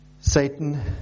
Satan